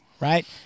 Right